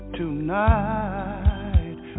tonight